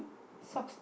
socks